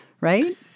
right